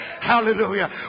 Hallelujah